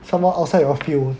some more outside your field